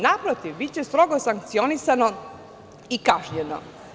Naprotiv, biće strogo sankcionisano i kažnjeno.